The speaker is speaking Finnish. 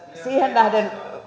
nähden